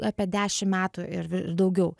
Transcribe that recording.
apie dešim metų ir ir daugiau